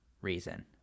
reason